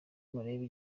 murebe